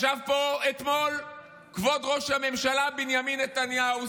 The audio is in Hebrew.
ישב פה אתמול כבוד ראש הממשלה בנימין נתניהו,